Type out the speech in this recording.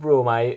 bro my